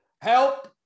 Help